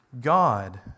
God